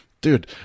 dude